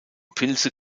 pilze